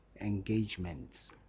Engagements